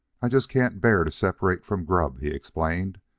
i jest can't bear to separate from grub, he explained.